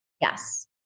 yes